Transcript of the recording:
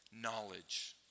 knowledge